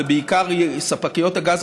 ובעיקר ספקיות הגז,